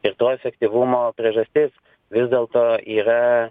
ir to efektyvumo priežastis vis dėlto yra